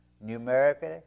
numerically